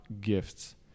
gifts